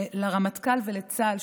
לרמטכ"ל ולצה"ל,